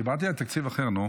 דיברתי על תקציב אחר, נו.